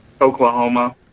Oklahoma